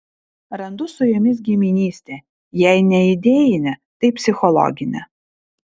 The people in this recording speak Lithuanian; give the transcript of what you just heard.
randu su jumis giminystę jei ne idėjinę tai psichologinę